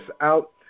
out